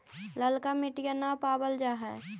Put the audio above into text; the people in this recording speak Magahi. ललका मिटीया न पाबल जा है?